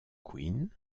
queen